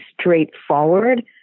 straightforward